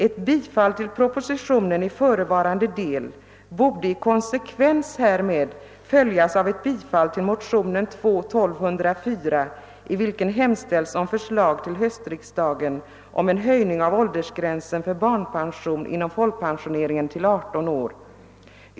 Ett bifall till propositionen i förevarande del borde i konsekvens härmed följas av ett bifall till motionen II: 1204, i vilken hemställs om förslag till höstriksdagen om en höjning av åldersgränsen för barnpension inom folkpensioneringen till 18 år.